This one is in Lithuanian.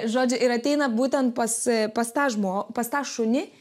žodžiu ir ateina būtent pas pas tą žmo pas tą šunį